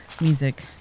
music